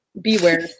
Beware